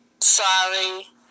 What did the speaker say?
Sorry